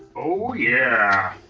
oh, yeah.